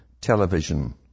television